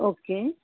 okay